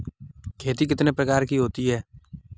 खेती कितने प्रकार की होती है?